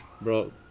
bro